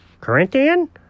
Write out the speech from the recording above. Corinthian